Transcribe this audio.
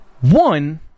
One